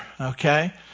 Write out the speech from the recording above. okay